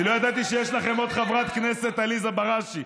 אני לא ידעתי שיש להם עוד חברת כנסת, עליזה בראשי.